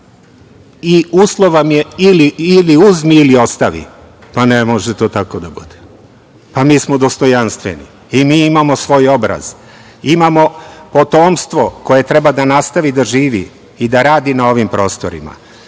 i uslov vam je ili uzmi ili ostavi. Pa, ne može to tako da bude. Pa, mi smo dostojanstveni i mi imamo svoj obraz. Imamo potomstvo koje treba da nastavi da živi i da radi na ovim prostorima.